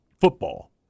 football